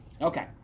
Okay